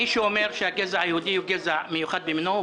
מי שאומר שהגזע היהודי הוא גזע מיוחד במינו,